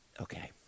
Okay